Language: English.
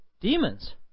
demons